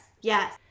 Yes